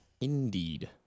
Indeed